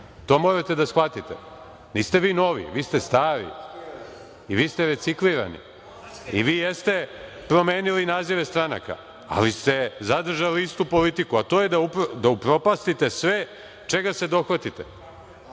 to morate da shvatite. Niste vi novi, vi ste stari i vi ste reciklirani. Vi jeste promenili nazive stranaka, ali ste zadržali istu politiku, a to je da upropastite sve čega se dohvatite. Kaže,